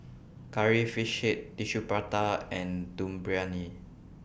Curry Fish Head Tissue Prata and Dum Briyani